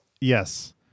Yes